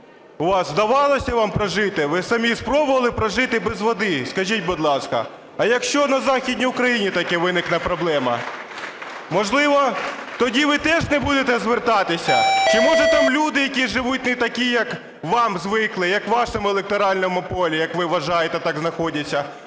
у вас вдавалось вам прожити, ви самі спробували прожити без води, скажіть, будь ласка? А якщо на Західній Україні така виникне проблема, можливо, тоді ви теж не будете звертатися? Чи, може, там люди якісь живуть не такі, як ви звикли, як у вашому електоральному полі, як ви вважаєте, такі знаходяться.